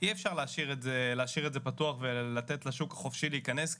אי אפשר להשאיר את זה פתוח ולתת לשוק החופשי להיכנס,